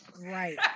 Right